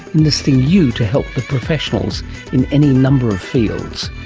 enlisting you to help the professionals in any number of fields.